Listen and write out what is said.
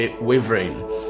wavering